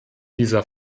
dieser